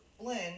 blend